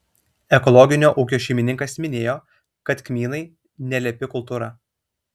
ekologinio ūkio šeimininkas minėjo kad kmynai nelepi kultūra